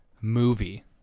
movie